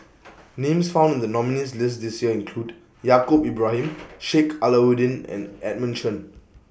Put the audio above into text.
Names found in The nominees' list This Year include Yaacob Ibrahim Sheik Alau'ddin and Edmund Chen